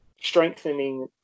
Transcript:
strengthening